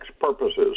purposes